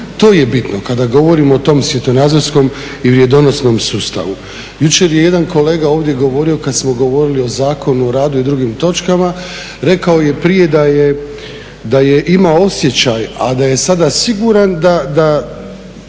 to je bitno. Kada govorimo o tom svjetonazorskom i vrijednosnom sustavu. Jučer je jedan kolega ovdje govorio kad smo govorilo Zakonu o radu i drugim točkama, rekao je prije da je imao osjećaj, a da je sada siguran da